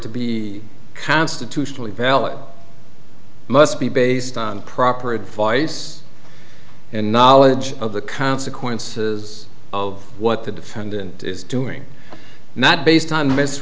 to be constitutionally valid must be based on proper advice and knowledge of the consequences of what the defendant is doing not based on